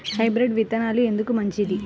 Hybrid విత్తనాలు ఎందుకు మంచిది?